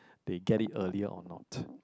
they get it earlier or not